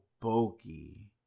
bulky